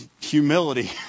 humility